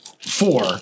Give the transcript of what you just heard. Four